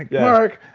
yeah. mark!